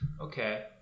Okay